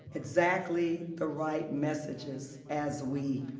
exactly the right messages as we